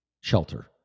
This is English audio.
shelter